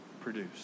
produce